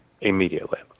immediately